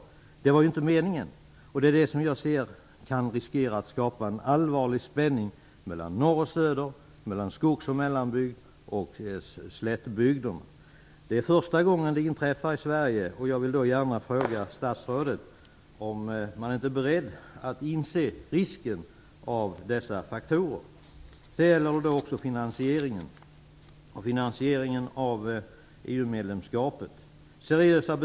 Det var ju inte meningen, och som jag ser det kan det skapa en allvarlig spänning mellan norr och söder, mellan skogs och mellanbygd och slättbygderna. Det är första gången det inträffar i Sverige, och jag vill då fråga statsrådet om man inte är beredd att inse risken av dessa faktorer. Sedan något om finansieringen av EU medlemskapet.